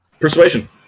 Persuasion